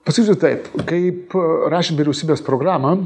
pasakysiu taip kaip rašėm vyriausybės programą